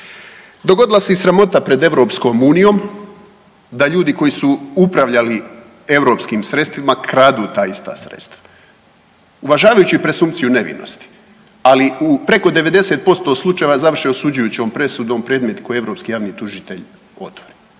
Dogodila se i sramota pred EU da ljudi koji su upravljali europskim sredstvima kradu ta ista sredstva. Uvažavajući presumpciju nevinosti, ali u preko 90% slučajeva završe osuđujućom presudom predmeti koje europski javni tužitelj otvori.